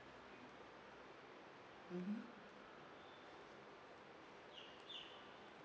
mm